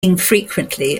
infrequently